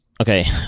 Okay